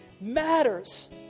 matters